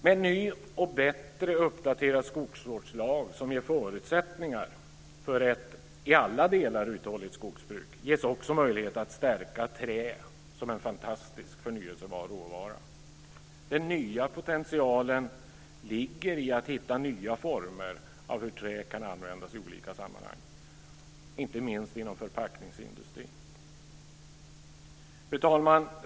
Med en ny och bättre uppdaterad skogsvårdslag, som ger förutsättningar för ett i alla delar uthålligt skogsbruk, ges också möjlighet att stärka trä som en fantastisk förnyelsebar råvara. Potentialen ligger i att hitta nya former för hur trä kan användas i olika sammanhang, inte minst inom förpackningsindustrin. Fru talman!